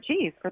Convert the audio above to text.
cheese